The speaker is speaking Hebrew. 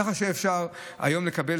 ככה שאפשר היום לקבל,